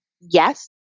yes